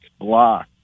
Block